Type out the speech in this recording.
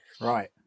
Right